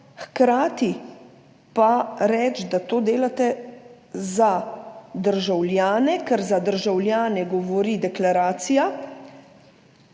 hkrati reči, da to delate za državljane, ker za državljane govori deklaracija,